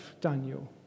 Daniel